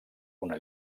una